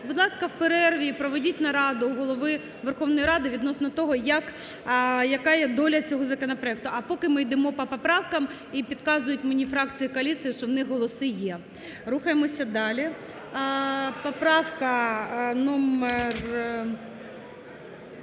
Будь ласка, в перерві проведіть нараду у Голови Верховної Ради відносно того, яка є доля цього законопроекту. А поки ми йдемо по поправках. І підказують мені фракції коаліції, що в них голоси є. Рухаємося далі. Поправка номер…